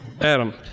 Adam